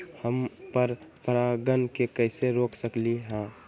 हम पर परागण के कैसे रोक सकली ह?